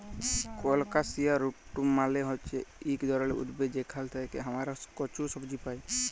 colocasia root মালে হচ্যে ইক ধরলের উদ্ভিদ যেখাল থেক্যে হামরা কচু সবজি পাই